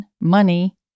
money